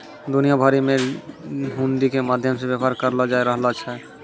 दुनिया भरि मे हुंडी के माध्यम से व्यापार करलो जाय रहलो छै